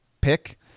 pick